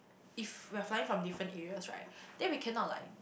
if we are flying from different areas right then we cannot like